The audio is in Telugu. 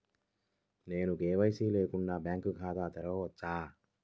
నేను కే.వై.సి లేకుండా బ్యాంక్ ఖాతాను తెరవవచ్చా?